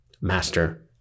master